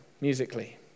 musically